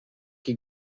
que